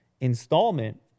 installment